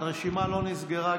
הרשימה לא נסגרה.